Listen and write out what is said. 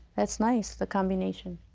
that's nice, the combination.